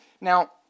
Now